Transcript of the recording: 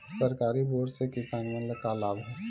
सरकारी बोर से किसान मन ला का लाभ हे?